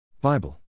Bible